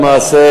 למעשה,